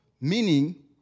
meaning